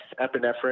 epinephrine